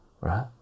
right